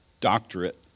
doctorate